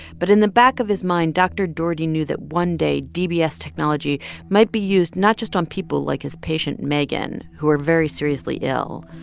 but in the back of his mind, dr. dougherty knew that one day, dbs technology might be used not just on people like his patient megan, who are very seriously ill,